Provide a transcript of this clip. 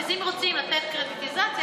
כי אם רוצים לתת קרדיטיזציה,